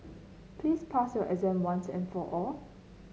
please pass your exam once and for all